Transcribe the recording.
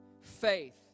faith